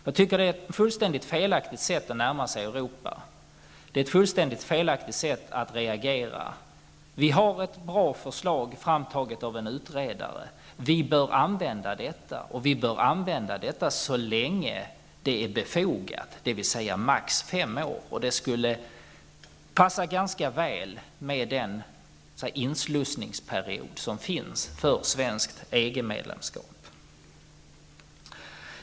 Jag tycker att det är ett helt felaktigt sätt att närma sig Europa. Det är fel sätt att reagera på. Vi har ett bra förslag som har tagits fram av en utredare. Vi bör använda detta, och vi bör göra det så länge det är befogat, dvs. maximalt 5 år. Det skulle passa ganska väl med inslussningsperioden för ett svenskt EG-medlemskap.